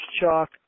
chalk